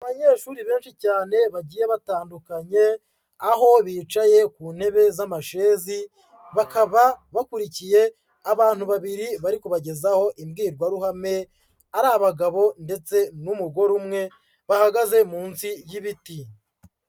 Abanyeshuri benshi cyane bagiye batandukanye aho bicaye ku ntebe z'amashezi, bakaba bakurikiye abantu babiri bari kubagezaho imbwirwaruhame ari abagabo ndetse n'umugore umwe bahagaze munsi y'ibiti.